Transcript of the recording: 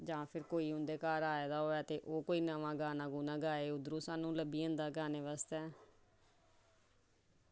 जां फ्ही कोई उं'दे घर आए दा होऐ ते ओह् कोई नमां गाना गाए ते भरोसा लब्भी जंदा गाने बास्तै